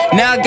now